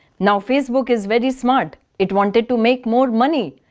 now facebook is very smart. it wanted to make more money.